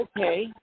okay